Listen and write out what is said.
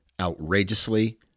outrageously